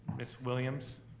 ms. williams.